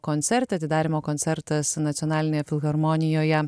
koncertą atidarymo koncertas nacionalinėje filharmonijoje